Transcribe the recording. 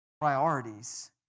priorities